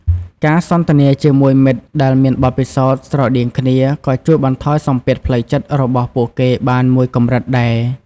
ការសន្ទនាជាមួយមិត្តដែលមានបទពិសោធន៍ស្រដៀងគ្នា ក៏ជួយបន្ថយសម្ពាធផ្លូវចិត្តរបស់ពួកគេបានមួយកម្រិតដែរ។